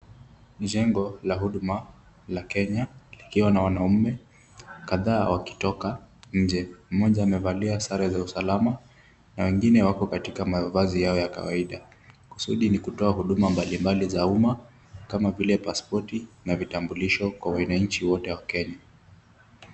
Jengo la Huduma la Kenya likiwa na wanaume kadhaa wakitoka nje. Mmoja amevalia sare za usalama na wengine wako katika mavazi yao ya kawaida. Kusudi ni kutoa huduma mbalimbali za umma kama vile pasipoti na vitambulisho kwa wananchi wote wa Kenya.